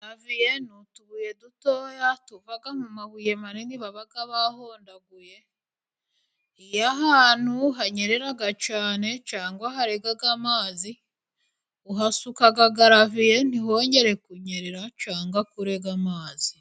Garaviye ni utubuye dutoya tuva mu mabuye manini baba bahondaguye. Ahantu hanyerera cyane cyane harega amazi, uhasuka garaviye ntihongere kunyerera cyangwa kurega amazi.